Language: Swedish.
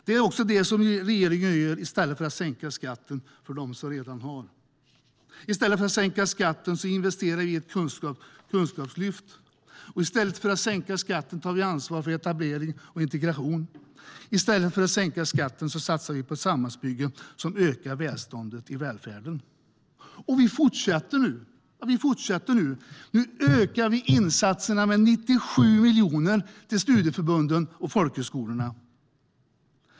Det är också vad regeringen gör i stället för att sänka skatten för dem som redan har. I stället för att sänka skatten investerar vi i ett kunskapslyft. I stället för att sänka skatten tar vi ansvar för etablering och integration. I stället för att sänka skatten satsar vi på samhällsbyggen som ökar välståndet i välfärden. Nu fortsätter vi. Nu ökar vi insatserna med 97 miljoner till studieförbunden och folkhögskolorna.